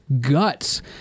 guts